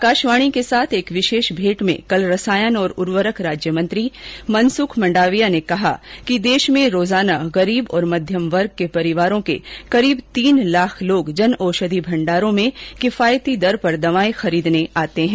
आकाशवाणी के साथ एक विशेष भेंट में कल रसायन और उर्वरक राज्य मंत्री मनसुख मंडाविया ने कहा कि देश में रोजाना गरीब और मध्यम वर्ग के परिवारों के करीब तीन लाख लोग जन औषधि भंडारों में किफायती दर पर दवाएं खरीदने आते हैं